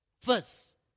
First